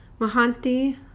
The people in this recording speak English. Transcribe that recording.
Mahanti